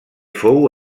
fou